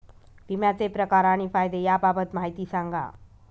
विम्याचे प्रकार आणि फायदे याबाबत माहिती सांगा